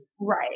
right